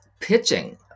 pitching